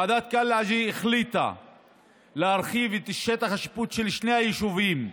ועדת קלעג'י החליטה להרחיב את שטח השיפוט של שני היישובים.